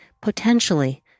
potentially